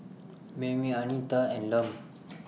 Mayme Anita and Lum